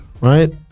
right